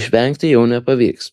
išvengti jau nepavyks